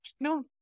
No